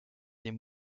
des